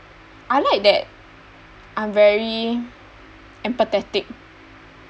I like that I'm very empathetic